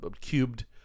cubed